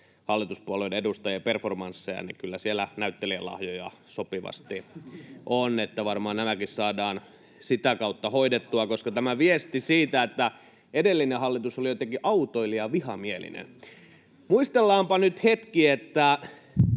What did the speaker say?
hallituspuolueiden edustajien performansseja, niin kyllä siellä näyttelijänlahjoja sopivasti on, niin että varmaan nämäkin saadaan sitä kautta hoidettua, [Timo Heinonen: Arvokasta käytöstä!] koska tämä viesti oli, että edellinen hallitus oli jotenkin autoilijavihamielinen. Muistellaanpa nyt hetki. Mikäs